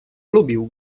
lubił